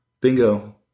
Bingo